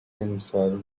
himself